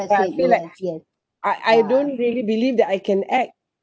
ya i so that's why I feel like I I don't really believe that I can act